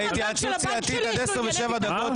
גם בבנק שלי יש ענייני ביטחון.